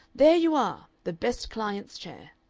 there you are, the best client's chair.